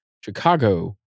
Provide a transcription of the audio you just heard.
Chicago